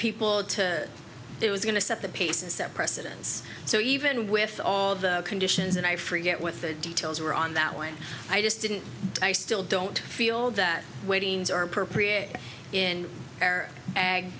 people to do is going to set the pace and set precedence so even with all of the conditions and i forget with the details were on that one i just didn't i still don't feel that way things are appropriate in our